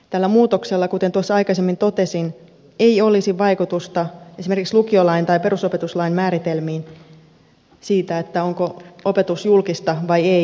tällä muutoksella kuten tuossa aikaisemmin totesin ei olisi vaikutusta esimerkiksi lukiolain tai perusopetuslain määritelmiin siitä onko opetus julkista vai ei